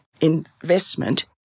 investment